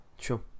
Sure